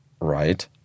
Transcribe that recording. right